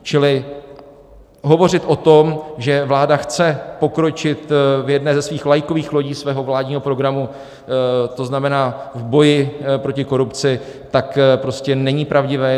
Čili hovořit o tom, že vláda chce pokročit v jedné ze svých vlajkových lodí svého vládního programu, to znamená v boji proti korupci, prostě není pravdivé.